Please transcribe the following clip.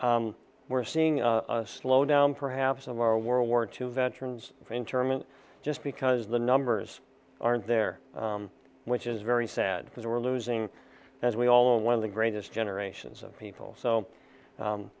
seeing we're seeing a slowdown perhaps of our world war two veterans internment just because the numbers aren't there which is very sad because we're losing as we all know one of the greatest generations of people so